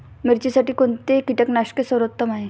मिरचीसाठी कोणते कीटकनाशके सर्वोत्तम आहे?